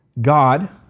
God